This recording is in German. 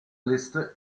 liste